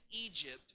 Egypt